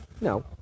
no